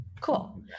Cool